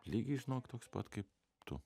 lygiai žinok toks pat kaip tu